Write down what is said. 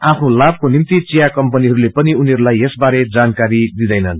आफ्नो लाभको निम्ति चिया कम्पनीहरूले पनि उनीहरूलाई यसबारे जानकारी दिँदैनन्